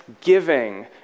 giving